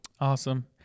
Awesome